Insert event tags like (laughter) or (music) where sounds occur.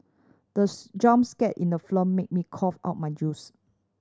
the (unintelligible) jump scare in the film made me cough out my juice